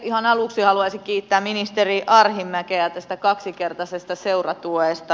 ihan aluksi haluaisin kiittää ministeri arhinmäkeä tästä kaksinkertaisesta seuratuesta